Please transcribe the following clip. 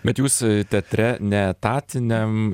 bet jūs teatre neetatiniam